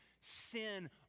sin